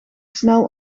snel